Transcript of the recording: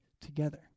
together